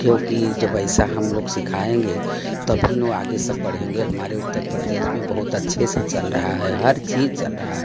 क्योंकि जब ऐसा हम लोग सिखाएंगे तभी न सब आगे बढ़ेंगे हमारे उत्तर प्रदेश में बहुत अच्छे से चल रहा है हर चीज चल रहा है